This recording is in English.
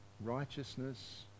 righteousness